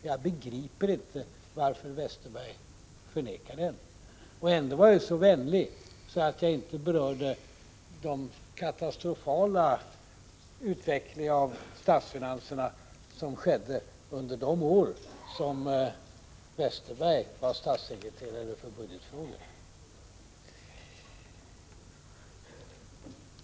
Jag begriper inte varför Westerberg förnekar det. Ändå var jag ju så vänlig att jag inte berörde den katastrofala utveckling av statsfinanserna som skedde under de år då Westerberg var statssekreterare för budgetfrågor.